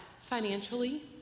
financially